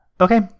Okay